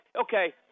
Okay